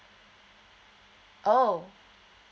oh